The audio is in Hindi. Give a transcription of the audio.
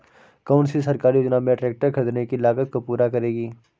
कौन सी सरकारी योजना मेरे ट्रैक्टर ख़रीदने की लागत को पूरा करेगी?